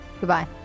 Goodbye